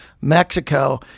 mexico